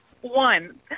one